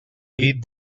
pit